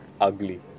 Ugly